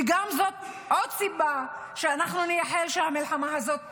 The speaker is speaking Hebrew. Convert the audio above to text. וגם זאת עוד סיבה לכך שאנחנו נייחל שהמלחמה הזאת תיפסק.